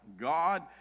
God